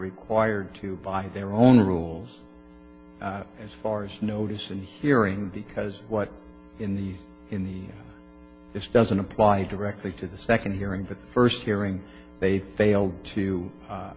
required to by their own rules as far as notice and hearing because what in the in the if doesn't apply directly to the second hearing that first hearing they failed to